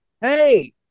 hey